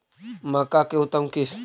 मक्का के उतम किस्म?